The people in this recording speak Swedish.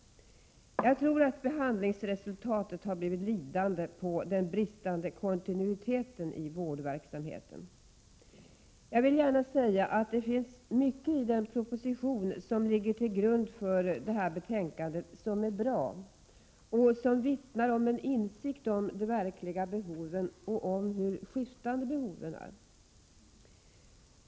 Jag tror att behandlingsresultatet har blivit lidande genom den bristande kontinuiteten i vårdverksamheten. Jag vill gärna säga att det i den proposition som ligger till grund för betänkandet finns mycket som är bra och som vittnar om en insikt om de verkliga behoven och om hur skiftande behoven är.